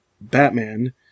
Batman